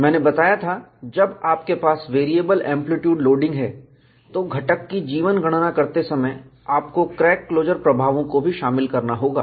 मैंने बताया था जब आपके पास वेरिएबल एंप्लीट्यूड लोडिंग है घटक की जीवन गणना करते समय आपको क्रैक क्लोजर प्रभावों को भी शामिल करना होगा